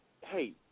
hey